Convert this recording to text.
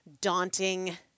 daunting